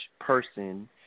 person